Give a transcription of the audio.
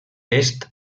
est